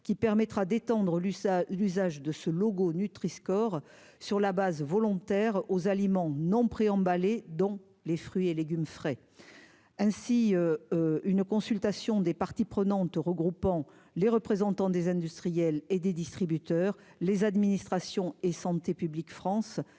qui permettra d'étendre lu ça l'usage de ce logo Nutriscore sur la base volontaire aux aliments non-préemballés dont les fruits et légumes frais ainsi une consultation des parties prenantes, regroupant les représentants des industriels et des distributeurs, les administrations et santé publique France